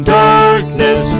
darkness